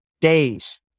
days